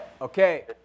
Okay